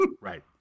right